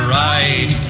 right